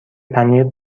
پنیر